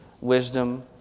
wisdom